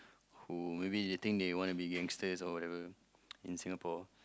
who maybe they think they wanna be gangsters all in Singapore